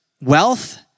wealth